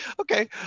okay